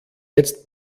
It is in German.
jetzt